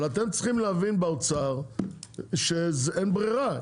אבל, אתם צריכים להבין באוצר, שאין ברירה.